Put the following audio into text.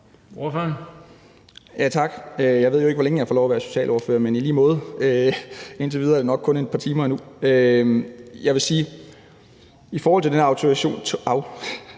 Andersen (KF): Tak. Jeg ved jo ikke, hvor længe jeg får lov at være socialordfører, men i lige måde. Indtil videre er det nok kun et par timer endnu. Jeg vil sige, at i forhold til den her autorisationsmodel